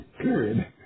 period